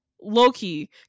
low-key